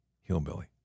hillbilly